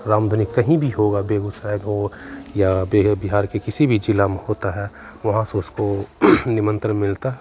रामधुनी कहीं भी होगा बेगूसराय में हो या बिहार के किसी भी जिला में होता है वहाँ से उसको निमंत्रण मिलता है